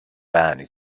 van